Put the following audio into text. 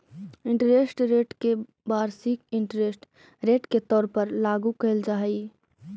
interest rate के वार्षिक interest rate के तौर पर लागू कईल जा हई